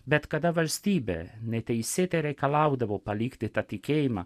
bet kada valstybė neteisėtai reikalaudavo palikti tą tikėjimą